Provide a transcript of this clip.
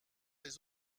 les